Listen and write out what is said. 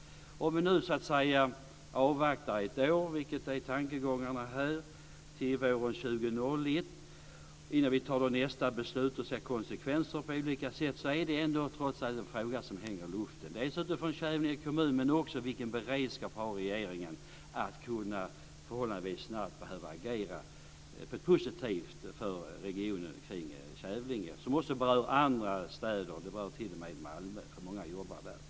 Om vi nu avvaktar ett år till våren år 2001, vilket är tankegångarna, innan vi fattar nästa beslut och ser konsekvenser på olika sätt är det ändå trots allt en fråga som hänger i luften. Det är det både utifrån Kävlinge kommun och när det gäller frågan om vilken beredskap regeringen har att kunna förhållandevis snabbt agera på ett positivt sätt för regionen kring Kävlinge. Det berör också andra städer. Det berör t.o.m. Malmö eftersom många jobbar där.